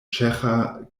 ĉeĥa